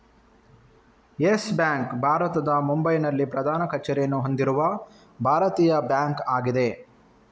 Yes Bank ಭಾರತದ ಮುಂಬೈನಲ್ಲಿ ಪ್ರಧಾನ ಕಚೇರಿಯನ್ನು ಹೊಂದಿರುವ ಭಾರತೀಯ ಬ್ಯಾಂಕ್ ಆಗಿದೆ